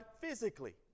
physically